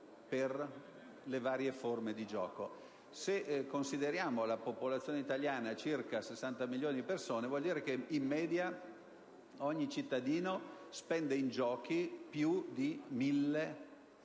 Se consideriamo che la popolazione italiana è pari a circa 60 milioni di persone, vuol dire che in media ogni cittadino spende in giochi più di 1.000